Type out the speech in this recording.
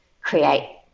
create